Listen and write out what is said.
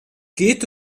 geht